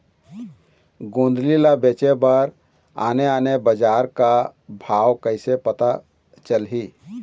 गोंदली ला बेचे बर आने आने बजार का भाव कइसे पता चलही?